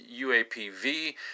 UAPV